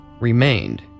remained